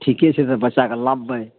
ठीके छै तऽ बच्चाके लब बै